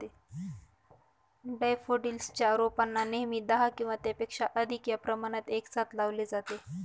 daffodils च्या रोपांना नेहमी दहा किंवा त्यापेक्षा अधिक या प्रमाणात एकसाथ लावले जाते